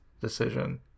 decision